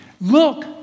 Look